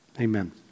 Amen